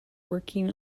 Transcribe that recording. working